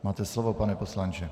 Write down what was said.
Máte slovo, pane poslanče.